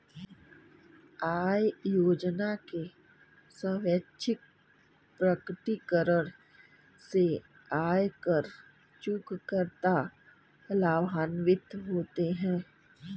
आय योजना के स्वैच्छिक प्रकटीकरण से आयकर चूककर्ता लाभान्वित होते हैं